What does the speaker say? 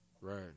Right